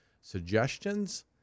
suggestions